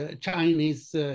Chinese